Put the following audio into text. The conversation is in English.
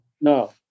No